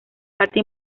parte